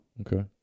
Okay